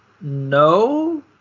no